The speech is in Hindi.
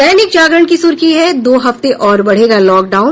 दैनिक जागरण की सुर्खी है दो हफ्ते और बढ़ेगा लॉकडाउन